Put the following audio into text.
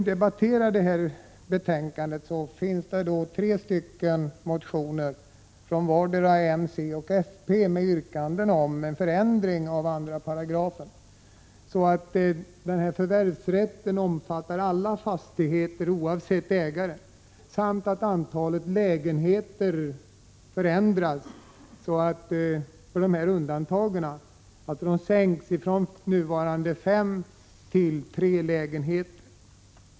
I det betänkande som vi nu debatterar behandlas tre motioner från moderaterna, centern och folkpartiet med yrkanden om en förändring av lagens andra paragraf, så att förvärvsrätten skall omfatta alla fastigheter oavsett ägare samt att antalet lägenheter för undantag skall minska från fem till tre.